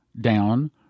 down